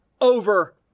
over